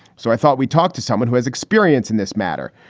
so i thought we talked to someone who has experience in this matter.